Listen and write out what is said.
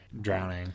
drowning